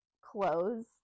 clothes